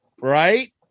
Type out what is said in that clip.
Right